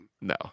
No